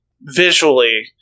visually